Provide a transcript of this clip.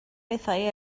bethau